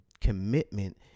commitment